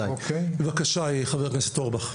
בבקשה, חבר הכנסת אורבך.